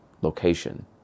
location